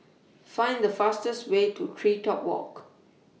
Find The fastest Way to Tree Top Walk